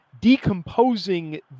decomposing